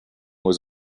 was